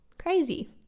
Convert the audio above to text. Crazy